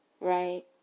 Right